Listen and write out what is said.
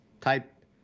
type